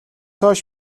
хойш